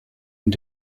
und